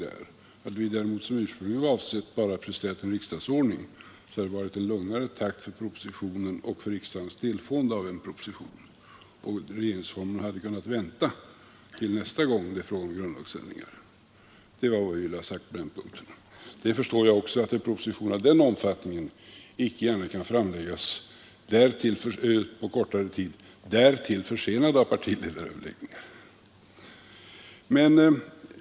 Om vi däremot som ursprungligen var avsett bara hade haft att prestera en riksdagsordning och regeringsformen hade kunnat vänta till nästa gång det blir fråga om grundlagsändringar, hade det blivit en lugnare takt för propositionen och för riksdagens delfående av densamma. Jag förstår också att en proposition av den omfattningen inte gärna kan framläggas på kortare tid - därtill försenad av partiledaröverläggningar.